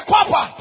Papa